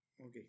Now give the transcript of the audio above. Okay